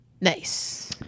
nice